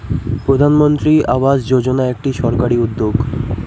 প্রধানমন্ত্রী আবাস যোজনা একটি সরকারি উদ্যোগ